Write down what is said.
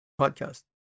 podcast